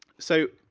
so,